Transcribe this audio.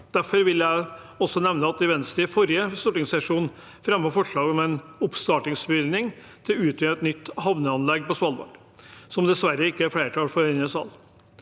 Derfor vil jeg også nevne at Venstre i forrige stortingssesjon fremmet forslag om en oppstartsbevilgning til å utrede et nytt havneanlegg på Svalbard, som det dessverre ikke er flertall for i denne salen.